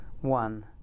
one